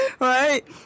Right